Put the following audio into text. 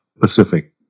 Pacific